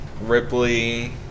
Ripley